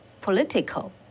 political